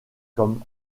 comme